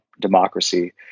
democracy